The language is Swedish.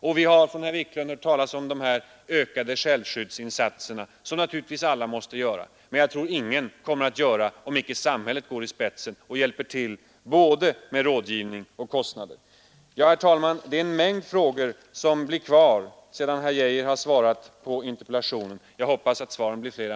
Och som herr Wiklund i Stockholm sade har det också talats om ökade självskyddsinsatser, som naturligtvis alla måste göra men som jag tror icke kommer till stånd, om inte samhället går i spetsen och hjälper till både med rådgivning och när det gäller att bestrida kostnaderna. Herr talman! Det är en mängd frågor som blir kvar sedan herr Geijer svarat på interpellationen; jag hoppas att svaren nu blir flera.